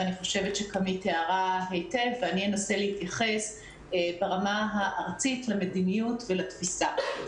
קאמי תיארה היטב ואני אנסה להתייחס ברמה הארצית למדיניות ולתפיסה.